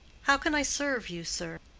how can i serve you, sir?